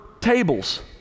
tables